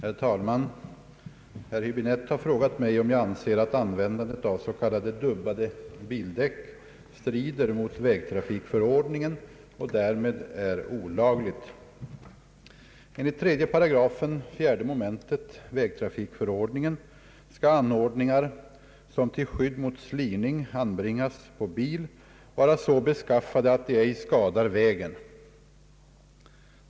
Herr talman! Herr Höäbinette har frågat mig om jag anser att användandet av s.k. dubbade bildäck strider mot vägtrafikförordningen och därmed är olagligt. Enligt 3 8 4 mom. vägtrafikförordningen skall anordningar, som till skydd mot slirning anbringas på bil, vara så beskaffade, att de ej skadar vägen.